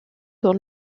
dans